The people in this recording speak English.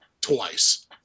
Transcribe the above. twice